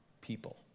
people